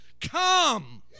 come